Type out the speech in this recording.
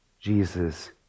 jesus